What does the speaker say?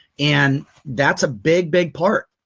and that's a big big part.